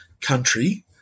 country